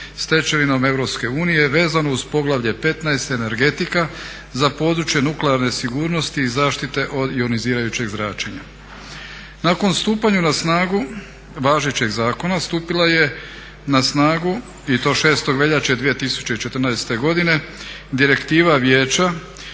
stečevinom EU vezano uz poglavlje XV. Energetika za područje nuklearne sigurnosti i zaštite od ionizirajućeg zračenja. Nakon stupanja na snagu važećeg zakona stupila je na snagu i to 6. veljače 2014. godine Direktiva Vijeća